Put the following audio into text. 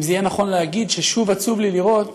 אם זה יהיה נכון להגיד ששוב עצוב לי לראות